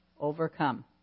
overcome